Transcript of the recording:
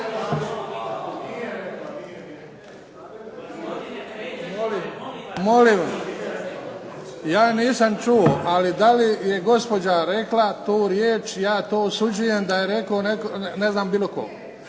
Molim vas, ja nisam čuo, ali da je gospođa rekla tu riječ, ja to osuđujem da je rekao bilo tko.